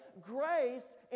grace